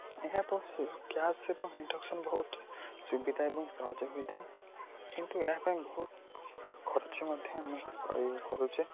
ଏହା ଗ୍ୟାସ୍ ଏବଂ ଇଣ୍ଡକ୍ସନ୍ ବହୁତ ସୁବିଧା ଏବଂ ସହଜ ହୋଇଥାଏ କିନ୍ତୁ ଏହା ପାଇଁ ବହୁତ ଖର୍ଚ୍ଚ ମଧ୍ୟ ଆମେ କରୁଛେ